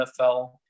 NFL